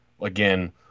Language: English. again